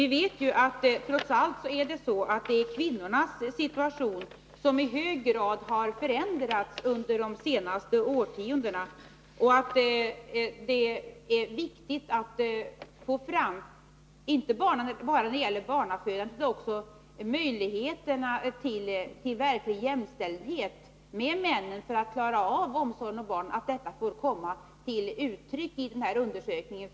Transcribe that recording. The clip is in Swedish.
Vi vet ju att det trots allt är kvinnornas situation som i hög grad har förändrats under de senaste årtiondena och att det är viktigt att få fram uppgifter om inte bara barnafödandet utan också möjligheterna till verklig jämställdhet med män för att klara omsorgen om barn och att detta får komma till uttryck i den här undersökningen.